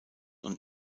und